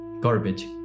garbage